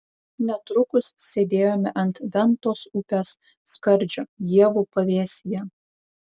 netrukus sėdėjome ant ventos upės skardžio ievų pavėsyje